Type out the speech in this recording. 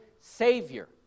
Savior